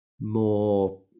more